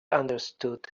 understood